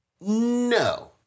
no